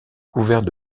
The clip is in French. couvert